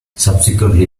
subsequently